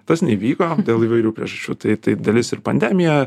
tas neįvyko dėl įvairių priežasčių tai tai dalis ir pandemija